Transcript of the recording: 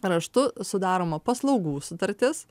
raštu sudaroma paslaugų sutartis